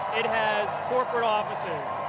it has corporate offices.